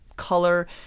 color